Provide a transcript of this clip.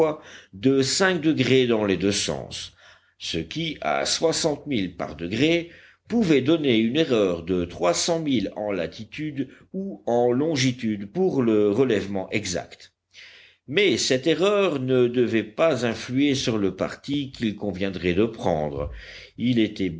de cinq degrés dans les deux sens ce qui à soixante milles par degré pouvait donner une erreur de trois cents milles en latitude ou en longitude pour le relèvement exact mais cette erreur ne devait pas influer sur le parti qu'il conviendrait de prendre il était